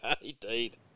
Indeed